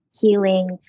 healing